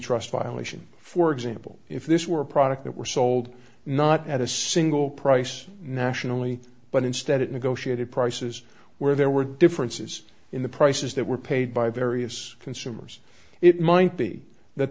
trust violation for example if this were a product that were sold not at a single price nationally but instead it negotiated prices where there were differences in the prices that were paid by various consumers it might be that